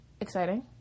Exciting